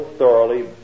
thoroughly